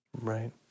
Right